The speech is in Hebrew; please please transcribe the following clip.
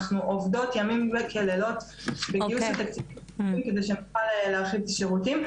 אנחנו עובדות לילות כימים בגיוס התקציבים כדי שנוכל להרחיב את השירותים.